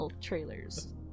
trailers